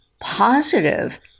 positive